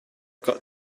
got